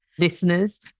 listeners